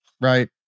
right